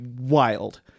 wild